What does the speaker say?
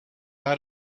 out